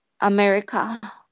america